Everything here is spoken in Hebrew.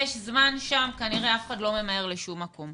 יש זמן שם, כנראה אף אחד לא ממהר לשום מקום.